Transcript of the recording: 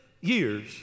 years